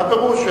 מה פירוש?